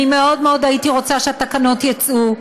אני מאוד מאוד הייתי רוצה שהתקנות יצאו,